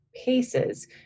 paces